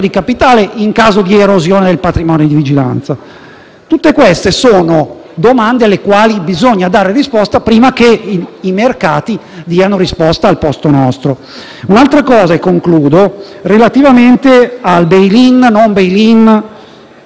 di capitale in caso di erosione del patrimonio di vigilanza. Tutte queste sono domande alle quali bisogna dare risposta, prima che i mercati diano risposta al posto nostro. Un'ultima considerazione - e concludo - relativamente al *bail in*: la